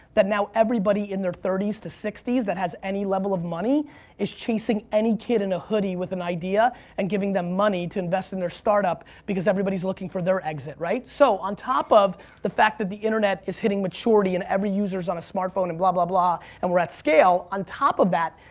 that now everybody in their thirties to sixties that has any level of money is chasing any kid in a hoodie with an idea and giving them money to invest in their start-up because everybody's looking for their exit, right? so on top of the fact that the internet is hitting maturity and every user's on a smartphone and blah blah blah and we're at scale, on top of that,